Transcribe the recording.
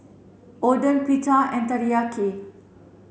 Oden Pita and Teriyaki